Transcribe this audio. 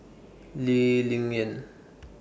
Lee Ling Yen